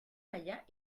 maya